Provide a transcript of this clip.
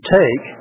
take